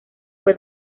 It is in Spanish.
fue